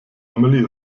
emily